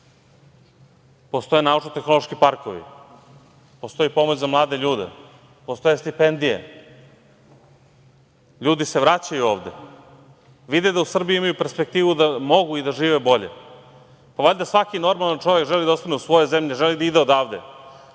Postoje naučno-tehnološki parkovi. Postoji pomoć za mlade ljude, postoje stipendije. Ljudi se vraćaju ovde. Vide da u Srbiji imaju perspektivu da mogu i da žive bolje. Pa valjda svaki normalan čovek želi da ostane u svojoj zemlji, ne želi da ide odavde.